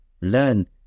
learn